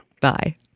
Bye